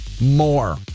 more